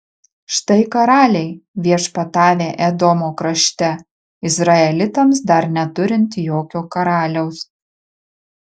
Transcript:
štai karaliai viešpatavę edomo krašte izraelitams dar neturint jokio karaliaus